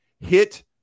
hit